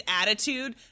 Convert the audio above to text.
attitude